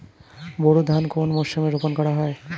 বোরো ধান কোন মরশুমে রোপণ করা হয়?